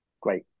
great